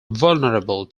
vulnerable